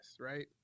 right